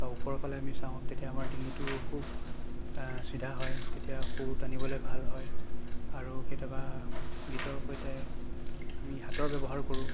বা ওপৰফালে আমি চাওঁ তেতিয়া আমাৰ ডিঙিটো খুব চিধা হয় তেতিয়া সুৰ টানিবলৈ ভাল হয় আৰু কেতিয়াবা গীতৰ সৈতে আমি হাতৰ ব্যৱহাৰ কৰোঁ